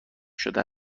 شده